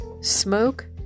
smoke